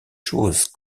choses